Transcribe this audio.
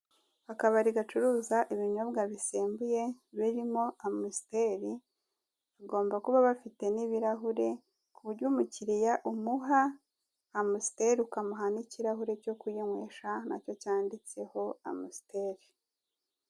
Akabari gacuruza ibinyobwa bisembuye, birimo Amusiteri , bagomba kuba bafite n'ibirahure ku buryo umukiriya umuha Amusiteri ukamuha n'kirahure cyo kuyinywesha nacyo cyanditseho Amusiteri.